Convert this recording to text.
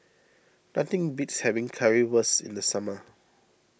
nothing beats having Currywurst in the summer